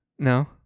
No